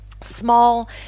Small